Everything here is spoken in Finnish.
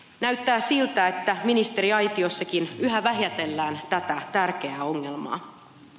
näyttää siltä että ministeriaitiossakin yhä vähätellään tätä tärkeää ongelmaa